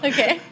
Okay